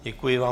Děkuji vám.